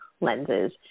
lenses